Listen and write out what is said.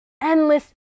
endless